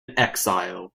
exile